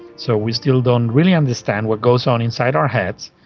so we still don't really understand what goes on inside our heads,